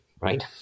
right